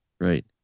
Right